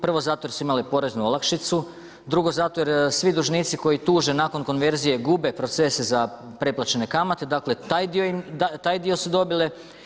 Prvo zato jer su imali poreznu olakšicu, drugo zato jer svi dužnici koji tuže nakon konverzije gube proces za preplaćene kamate, dakle taj dio su dobile.